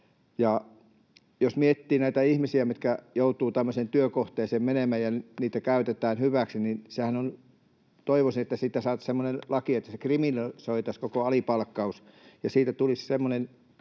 Jos miettii näitä ihmisiä, jotka joutuvat tämmöiseen työkohteeseen menemään ja heitä käytetään hyväksi, niin toivoisin, että saataisiin semmoinen laki, että koko alipalkkaus kriminalisoitaisiin ja siitä tulisi semmoinen